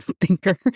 thinker